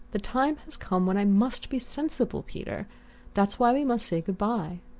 the time has come when i must be sensible, peter that's why we must say good-bye.